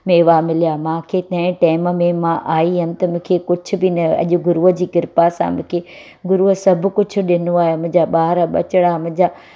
मेवा मिलिया मूंखे नए टाइम में मां आई हुयमि त मूंखे कुझु बि न हुयो अॼु गुरूअ जी कृपा सां मूंखे गुरूअ सभु कुझु ॾिनो आहे मुंहिंजा ॿार ॿचड़ा मुंहिंजा